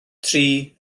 tri